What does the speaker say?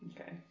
Okay